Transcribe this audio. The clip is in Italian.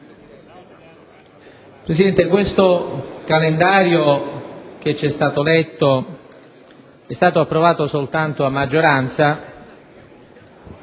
Presidente, questo calendario che ci è stato comunicato e che è stato approvato soltanto a maggioranza,